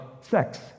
sex